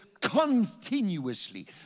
continuously